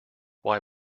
why